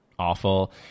awful